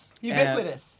Ubiquitous